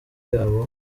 yabo